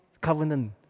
covenant